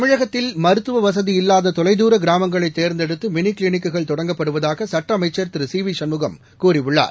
தமிழகத்தில் மருத்துவவசதி இல்லாததொலைத்தூர கிராமங்களைதேர்ந்தெடுத்துமினிகிளினிக்குகள் தொடங்கப்படுவதாகசட்டஅமைச்சர் திருசிவிசண்முகம் கூறியுள்ளார்